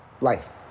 life